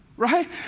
right